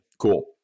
Cool